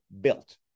built